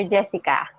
Jessica